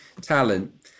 talent